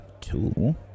two